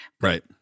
Right